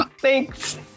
thanks